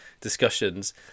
discussions